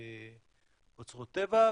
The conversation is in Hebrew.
שמשתמשת באוצרות טבע.